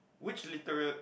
which literal